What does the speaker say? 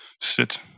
sit